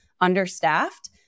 understaffed